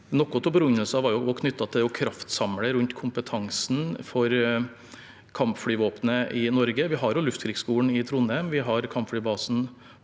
Noe av begrunnelsen var også knyttet til å kraftsamle rundt kompetansen for kampflyvåpenet i Norge. Vi har Luftkrigsskolen i Trondheim, vi har kampflybasen